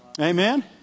Amen